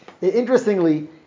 interestingly